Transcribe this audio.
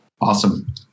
Awesome